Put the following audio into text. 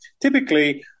Typically